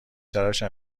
تراشم